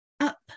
up